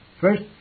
First